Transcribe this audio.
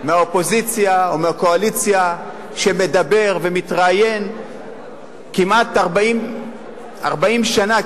מהאופוזיציה או מהקואליציה שמדבר ומתראיין כמעט 40 שנה,